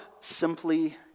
simply